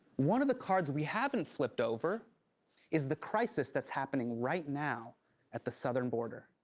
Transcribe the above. one of the cards we haven't flipped over is the crisis that's happening right now at the southern border.